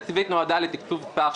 בלי אף דירה לציבור החרדי.